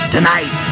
Tonight